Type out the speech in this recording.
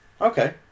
Okay